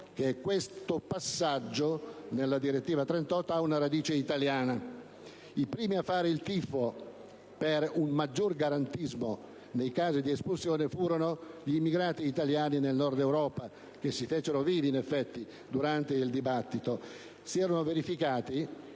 che questo passaggio, nella direttiva n. 38, ha una radice italiana. I primi a fare il tifo per un maggior garantismo nei casi di espulsione furono gli immigrati italiani nel Nord-Europa, che si fecero vivi durante il dibattito. Si erano verificati